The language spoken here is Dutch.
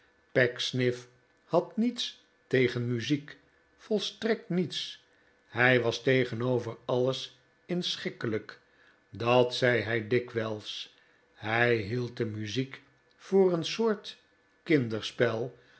pecksniff had niets tegen muziek volstrekt niets hij was tegenover alles inschikkelijk dat zei hij dikwijls hij hield de muziek voor een soort kinderspel